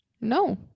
No